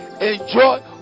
enjoy